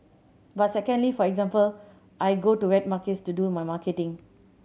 but secondly for example I go to wet markets to do my marketing